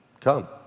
come